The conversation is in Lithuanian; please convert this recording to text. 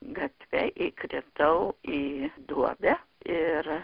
gatve įkritau į duobę ir